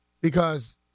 Because-